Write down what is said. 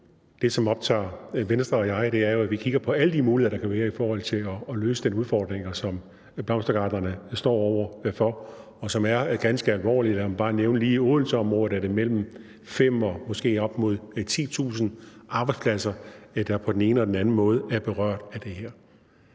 Det, som optager Venstre og mig, er jo, at vi kigger på alle de muligheder, der kan være, for at løse de udfordringer, som blomstergartnerne står over for, og som er ganske alvorlige. Lad mig bare nævne, at i Odenseområdet er det mellem 5.000 og måske op mod 10.000 arbejdspladser, der på den ene eller den anden måde er berørt af det her.